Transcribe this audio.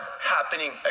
happening